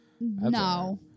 No